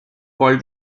called